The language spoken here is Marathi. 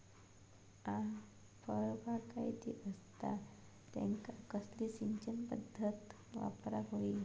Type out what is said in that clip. फळबागायती असता त्यांका कसली सिंचन पदधत वापराक होई?